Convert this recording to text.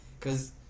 cause